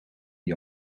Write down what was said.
die